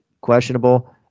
questionable